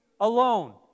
Alone